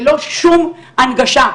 ללא שום הנגשה,